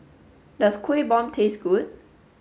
does Kueh Bom taste good